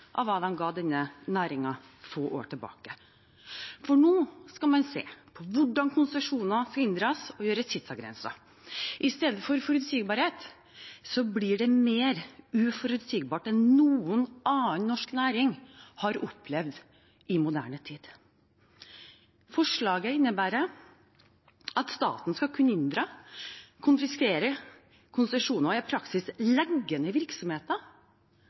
av hva de ga denne næringen få år tilbake. For nå skal man se på hvordan konsesjoner skal inndras og gjøres tidsavgrenset. Istedenfor forutsigbarhet blir det mer uforutsigbart enn noen annen norsk næring har opplevd i moderne tid. Forslaget innebærer at staten skal kunne inndra og konfiskere konsesjoner og i praksis legge ned virksomheter